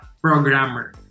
programmer